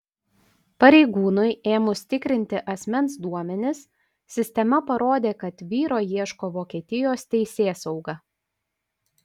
pareigūnui ėmus tikrinti asmens duomenis sistema parodė kad vyro ieško vokietijos teisėsauga